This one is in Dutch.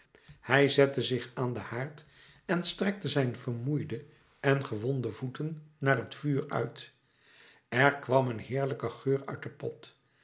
hij zette zich aan den haard en strekte zijn vermoeide en gewonde voeten naar het vuur uit er kwam een heerlijke geur uit den